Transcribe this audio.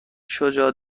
شجاع